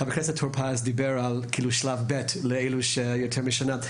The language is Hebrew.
חבר הכנסת טור פז דיבר על שלב ב' לאלה שנמצאים יותר משנה.